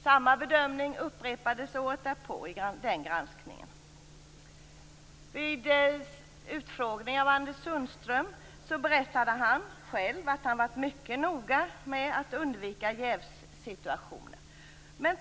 Samma bedömning upprepades året därpå i den granskning som gjordes då. Vid utfrågningen av Anders Sundström berättade han själv att han varit mycket noga med att undvika jävssituationer.